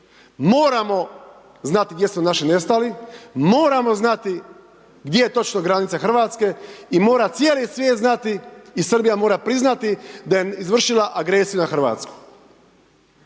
moramo znati gdje su naši nestali, moramo znati gdje je točno granica Hrvatske i mora cijeli svijet znati i Srbija mora priznati da je izvršila agresiju na Hrvatsku.